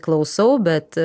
klausau bet